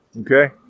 okay